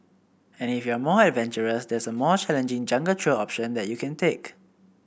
and if you're more adventurous there's a more challenging jungle trail option that you can take